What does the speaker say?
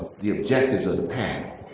the objectives of the panel.